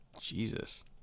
Jesus